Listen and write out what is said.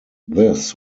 this